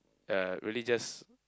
uh really just